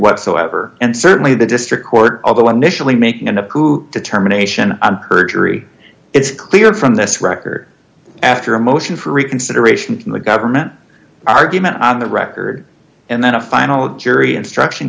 whatsoever and certainly the district court although initially making it up who determination perjury it's clear from this record after a motion for reconsideration from the government argument on the record and then a final jury instruction